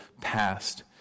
past